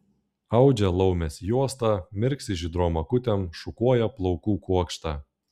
audžia laumės juostą mirksi žydrom akutėm šukuoja plaukų kuokštą